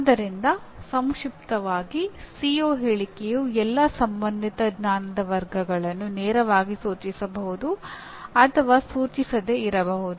ಆದ್ದರಿಂದ ಸಂಕ್ಷಿಪ್ತವಾಗಿ ಸಿಒCO ಹೇಳಿಕೆಯು ಎಲ್ಲಾ ಸಂಬಂಧಿತ ಜ್ಞಾನದ ವರ್ಗಗಳನ್ನು ನೇರವಾಗಿ ಸೂಚಿಸಬಹುದು ಅಥವಾ ಸೂಚಿಸದೆ ಇರಬಹುದು